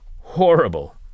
horrible